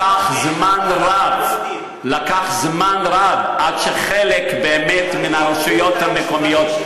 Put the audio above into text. לקח זמן רב עד שחלק באמת מן הרשויות המקומיות,